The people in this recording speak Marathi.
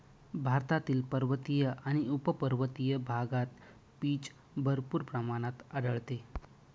भारतातील पर्वतीय आणि उपपर्वतीय भागात पीच भरपूर प्रमाणात आढळते